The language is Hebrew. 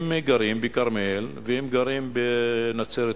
הם גרים בכרמיאל והם גרים בנצרת-עילית,